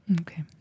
Okay